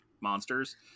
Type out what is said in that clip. monsters